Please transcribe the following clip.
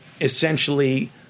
essentially